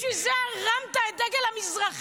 בשביל זה הרמת את דגל המזרחים,